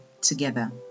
together